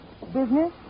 Business